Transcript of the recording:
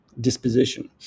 disposition